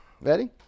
Ready